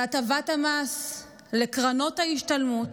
על הטבת המס לקרנות ההשתלמות,